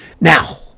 Now